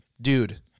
dude